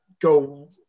go